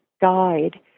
guide